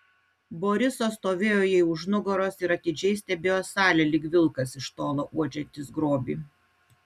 borisas stovėjo jai už nugaros ir atidžiai stebėjo salę lyg vilkas iš tolo uodžiantis grobį